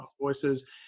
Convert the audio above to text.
voices